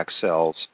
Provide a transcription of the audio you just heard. cells